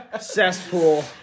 Cesspool